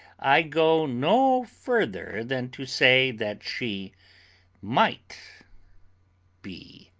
i go no further than to say that she might be